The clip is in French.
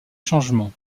changement